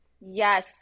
Yes